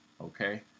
Okay